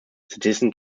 citizen